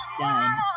done